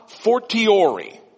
fortiori